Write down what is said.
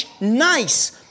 nice